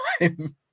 time